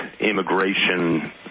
immigration